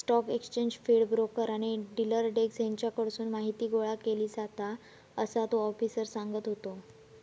stock exchange feed, broker आणि dealer desk हेच्याकडसून माहीती गोळा केली जाता, असा तो आफिसर सांगत होतो